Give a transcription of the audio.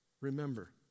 Remember